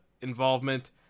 involvement